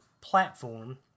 platform